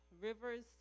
rivers